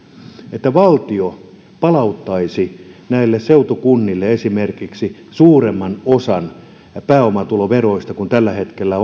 että valtio palauttaisi esimerkiksi näille seutukunnille suuremman osan pääomatuloveroista kuin tällä hetkellä